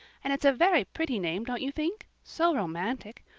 and it's a very pretty name, don't you think? so romantic!